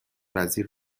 وزیر